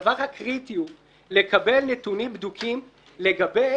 הדבר הקריטי הוא לקבל נתונים בדוקים לגבי